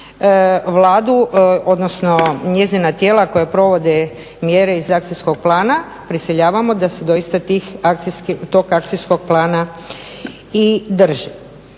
Vladu, odnosno njezina tijela koja provode mjere iz akcijskog plana prisiljavamo da se doista tog akcijskog plana i drži.